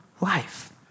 life